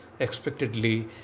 expectedly